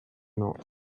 not